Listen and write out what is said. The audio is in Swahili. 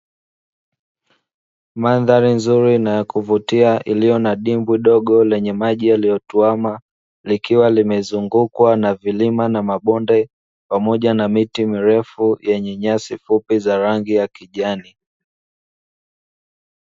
Mandhari nzuri na ya kuvutia iliyo na dibwi dogo lenye maji yaliyo tuwama, likiwa limezungukwa na vilima na mabonde, pamoja na miti milefu yenye nyasi fupi za rangi ya kijani.